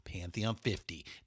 Pantheon50